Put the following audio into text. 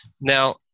Now